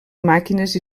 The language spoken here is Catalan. màquines